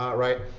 um right?